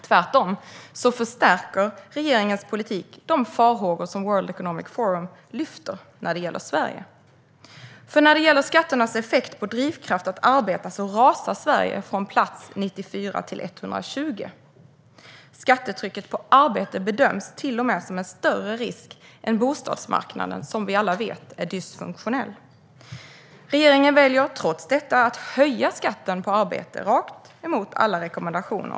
Tvärtom förstärker regeringens politik de farhågor som World Economic Forum lyfter när det gäller Sverige. När det gäller skatternas effekt på drivkraft att arbeta rasar Sverige från plats 94 till 120. Skattetrycket på arbete bedöms till och med som en större risk än bostadsmarknaden, som vi alla vet är dysfunktionell. Regeringen väljer trots detta att höja skatten på arbete - tvärtemot alla rekommendationer.